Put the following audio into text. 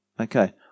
Okay